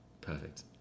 perfect